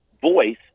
voice